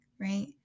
right